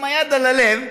סמולינסקי, עם היד על הלב,